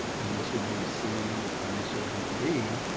and this would be c and this would be b.